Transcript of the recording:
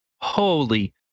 holy